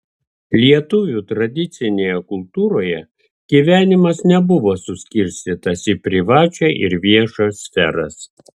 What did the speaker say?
lietuvių tradicinėje kultūroje gyvenimas nebuvo suskirstytas į privačią ir viešą sferas